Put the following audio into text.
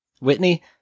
Whitney